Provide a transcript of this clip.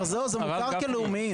זהו, זה מוכר כלאומי.